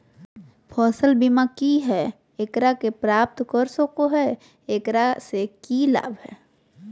फसल बीमा की है, एकरा के प्राप्त कर सको है, एकरा से की लाभ है?